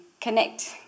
connect